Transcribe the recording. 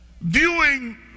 viewing